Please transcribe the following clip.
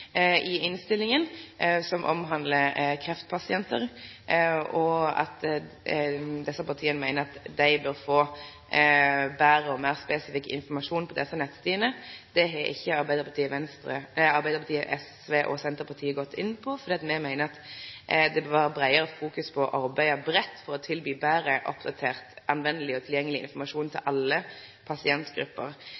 som omhandlar kreftpasientar. Desse partia meiner at dei bør få betre og meir spesifikk informasjon på desse nettsidene. Det har ikkje Arbeidarpartiet, SV og Senterpartiet gått inn for, fordi me meiner at ein bør fokusere på å arbeide breitt for å tilby betre, oppdatert, brukarvenleg og tilgjengeleg informasjon til